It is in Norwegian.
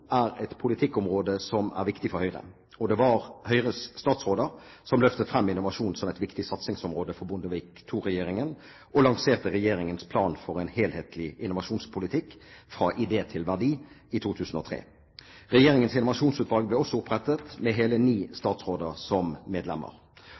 er et politikkområde som er viktig for Høyre, og det var Høyres statsråder som løftet frem innovasjon som et viktig satsingsområde for Bondevik II-regjeringen og lanserte regjeringens plan for en helhetlig innovasjonspolitikk, Fra idé til verdi, i 2003. Regjeringens innovasjonsutvalg ble også opprettet, med hele ni